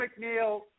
McNeil